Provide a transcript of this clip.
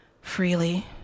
freely